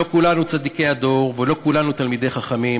לא כולנו צדיקי הדור ולא כולנו תלמידי חכמים,